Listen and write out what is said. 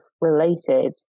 related